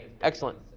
Excellent